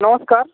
নমস্কার